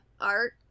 art